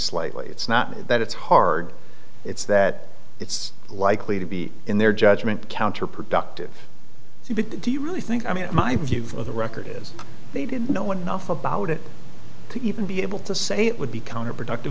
slightly it's not that it's hard it's that it's likely to be in their judgment counterproductive to do you really think i mean my view of the record is they didn't know enough about it to even be able to say it would be counterproductive